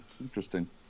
Interesting